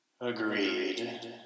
Agreed